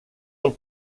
del